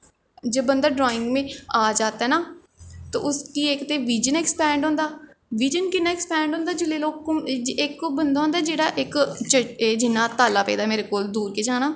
जे बंदा ड्राईग में आ जाता है ना ते उसदी इक ते बिज़न ऐकस्पैड होंदा बिज़न कि'यां ऐकस्पैड होंदा जिसलै लोक इक ओह् बंदा होंदा जेह्ड़ा इक एह् जियां ताला पेदा मेरे कोल दूर केह् जाना